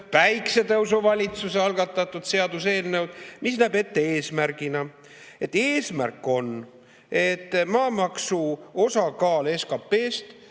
päikesetõusuvalitsuse algatatud seaduseelnõu, mis näeb ette eesmärgina: eesmärk on, et maamaksu osakaal SKP-s